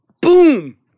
Boom